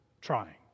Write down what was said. trying